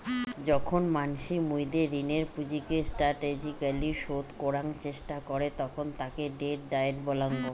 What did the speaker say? যখন মানসি মুইদের ঋণের পুঁজিকে স্টাটেজিক্যলী শোধ করাং চেষ্টা করে তখন তাকে ডেট ডায়েট বলাঙ্গ